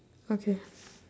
okay